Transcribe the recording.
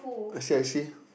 I see I see